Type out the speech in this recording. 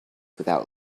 without